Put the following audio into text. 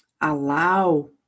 allow